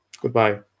Goodbye